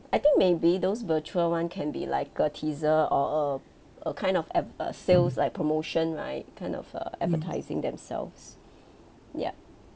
I think maybe those virtual one can be like a teaser or a a kind of ad~ uh sales like promotion right kind of uh advertising themselves yup